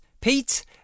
pete